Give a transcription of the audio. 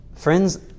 Friends